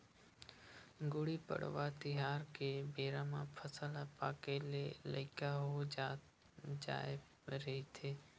गुड़ी पड़वा तिहार के बेरा म फसल ह पाके के लइक हो जाए रहिथे